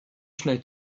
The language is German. schnell